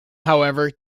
however